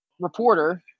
reporter